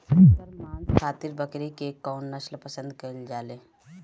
एकर मांस खातिर बकरी के कौन नस्ल पसंद कईल जाले?